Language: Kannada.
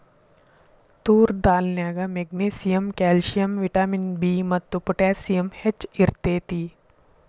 ತೋರ್ ದಾಲ್ ನ್ಯಾಗ ಮೆಗ್ನೇಸಿಯಮ್, ಕ್ಯಾಲ್ಸಿಯಂ, ವಿಟಮಿನ್ ಬಿ ಮತ್ತು ಪೊಟ್ಯಾಸಿಯಮ್ ಹೆಚ್ಚ್ ಇರ್ತೇತಿ